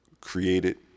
created